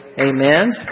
Amen